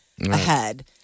ahead